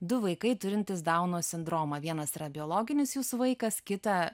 du vaikai turintys dauno sindromą vienas yra biologinis jūsų vaikas kitą